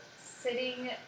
sitting